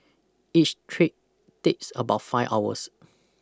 each trip takes about five hours